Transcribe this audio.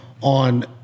on